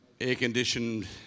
air-conditioned